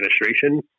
administration